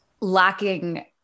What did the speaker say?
lacking